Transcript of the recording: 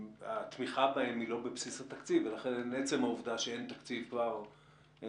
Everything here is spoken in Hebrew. התמיכה בהם היא לא בבסיס התקציב ולכן עצם העובדה שאין תקציב כל השנה